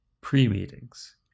pre-meetings